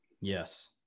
Yes